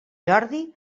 jordi